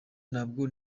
ntabwo